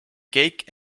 cake